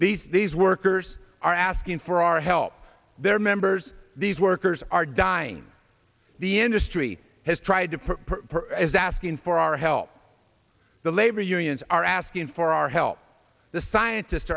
these these workers are asking for our help their members these workers are dying the industry has tried to put is asking for our help the labor unions are asking for our help the scientist